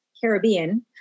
Caribbean